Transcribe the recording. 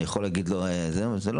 זה לא